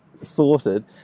sorted